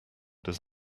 does